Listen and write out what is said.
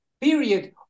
period